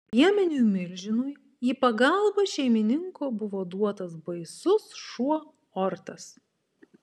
piemeniui milžinui į pagalbą šeimininko buvo duotas baisus šuo ortas